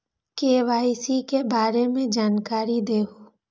KYC के बारे में जानकारी दहु?